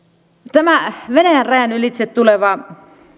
tämä venäjän rajan ylitse tuleva